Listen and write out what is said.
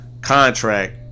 contract